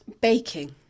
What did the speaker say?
baking